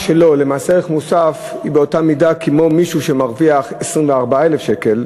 למס ערך מוסף היא באותה מידה כמו מישהו שמרוויח 24,000 שקלים,